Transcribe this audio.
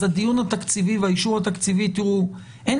הדיון התקציבי והאישור התקציבי אין